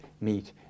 meet